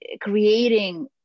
creating